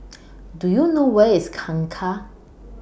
Do YOU know Where IS Kangkar